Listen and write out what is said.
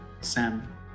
Sam